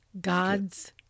God's